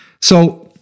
So-